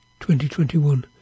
2021